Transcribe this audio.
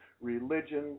religion